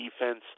defense